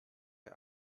der